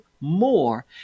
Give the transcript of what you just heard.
more